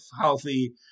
healthy